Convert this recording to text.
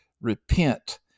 Repent